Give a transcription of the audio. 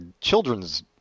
children's